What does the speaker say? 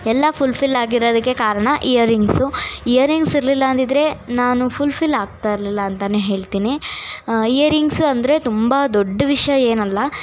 ಎಲ್ಲ fulfil ಆಗಿರೋದಕ್ಕೆ ಕಾರಣ ಇಯರಿಂಗ್ಸು ಇಯರಿಂಗ್ಸ್ ಇರಲಿಲ್ಲ ಅಂದಿದ್ರೆ ನಾನು ಫುಲ್ ಫಿಲ್ ಆಗ್ತಾಯಿರಲಿಲ್ಲ ಅಂತೆಯೇ ಹೇಳ್ತೀನಿ ಇಯರಿಂಗ್ಸ್ ಅಂದರೆ ತುಂಬ ದೊಡ್ಡ ವಿಷಯ ಏನಲ್ಲ